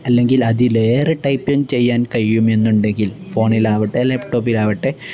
അല്ലെങ്കിൽ അതിലേറെ ടൈപ്പിങ് ചെയ്യാൻ കഴിയുമെന്നുണ്ടെങ്കിൽ ഫോണിലാവട്ടെ ലാപ്ടോപ്പിലാവട്ടെ